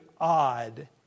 odd